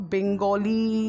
Bengali